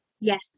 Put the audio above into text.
Yes